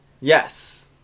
Yes